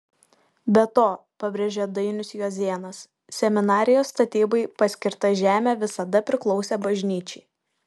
be to pabrėžė dainius juozėnas seminarijos statybai paskirta žemė visada priklausė bažnyčiai